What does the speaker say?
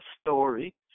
story